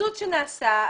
בקיצוץ שנעשה,